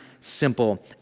simple